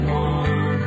one